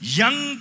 Young